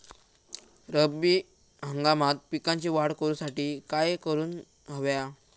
रब्बी हंगामात पिकांची वाढ करूसाठी काय करून हव्या?